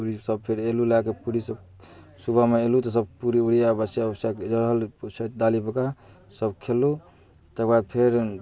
पूड़ीसब फेर अएलहुँ लऽ कऽ पूड़ीसब सुबहमे अएलहुँ तऽ सब पूड़ी उड़ी वएह बसिआ उसिआ रहल डालीपरके सभ खएलहुँ तकर बाद फेर